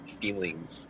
feelings